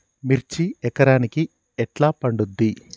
మిర్చి ఎకరానికి ఎట్లా పండుద్ధి?